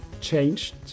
changed